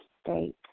state